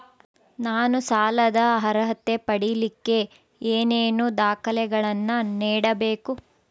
ನಾನು ಸಾಲದ ಅರ್ಹತೆ ಪಡಿಲಿಕ್ಕೆ ಏನೇನು ದಾಖಲೆಗಳನ್ನ ನೇಡಬೇಕು?